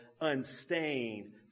unstained